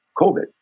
COVID